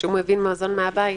כשהוא מביא מזון מהבית,